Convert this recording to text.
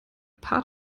paar